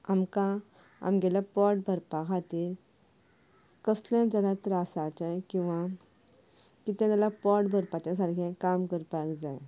आमकां आमगेलें पोट भरपा खातीर कसलेय जाल्यार त्रासाचें किंवा कितें जाल्यार पोट भरपाचें सारकें काम करपाक जाय